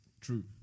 True